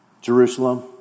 Jerusalem